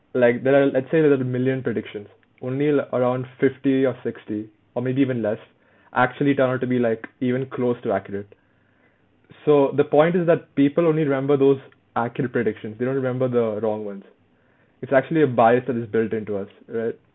like l~ l~ let's say there's a million predictions only l~ around fifty or sixty or maybe even less actually turn out to be like even close to accurate so the point is that people only remember those accurate predictions they don't remember the wrong ones it's actually a bias that is built into us right